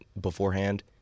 beforehand